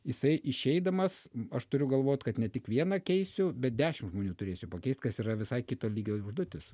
jisai išeidamas aš turiu galvot kad ne tik vieną keisiu bet dešim žmonių turėsiu pakeist kas yra visai kito lygio užduotis